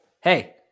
hey